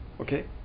okay